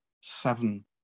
seven